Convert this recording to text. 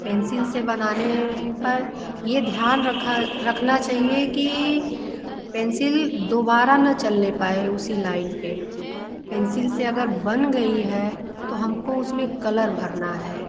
pencil से बनाने पर ये ध्यान रखा रखना चाहिए कि पेंसिल दोबारा ना चलने पाए उसी लाइन पर पेंसिल से अगर बन गई है तो हम को उस में कलर भरना है